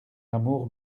amour